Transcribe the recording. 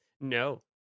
No